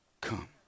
come